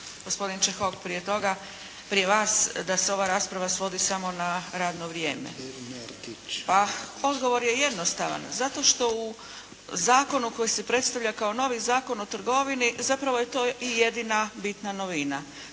gospodin Čehok prije toga, prije vas da se ova rasprava svodi samo na radno vrijeme. Odgovor je jednostavan. Zato što u zakonu koji se predstavlja kao novi Zakon o trgovini, zapravo je to i jedina bitna novina.